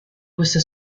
questa